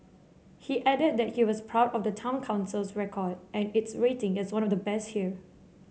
he added that he was proud of the Town Council's record and its rating as one of the best here